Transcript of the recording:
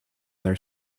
their